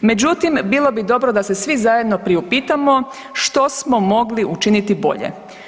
Međutim, bilo bi dobro da se svi zajedno priupitamo što smo mogli učiniti bolje?